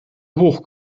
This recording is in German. hoch